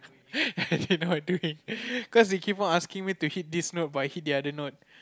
I didn't know what I doing because they keep asking me to hit this note but I hit the other note